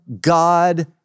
God